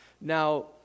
Now